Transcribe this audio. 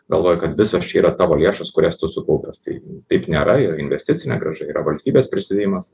galvoji kad visos čia yra tavo lėšos kurias tu sukaupęs tai taip nėra yra investicinė grąža yra valstybės prisidėjimas